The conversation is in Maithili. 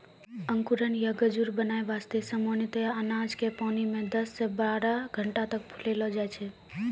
अंकुरण या गजूर बनाय वास्तॅ सामान्यतया अनाज क पानी मॅ दस सॅ बारह घंटा तक फुलैलो जाय छै